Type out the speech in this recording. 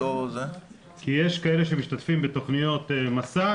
בתוכניות מסע